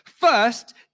First